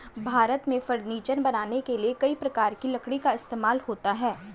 भारत में फर्नीचर बनाने के लिए कई प्रकार की लकड़ी का इस्तेमाल होता है